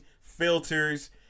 filters